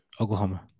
Oklahoma